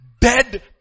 dead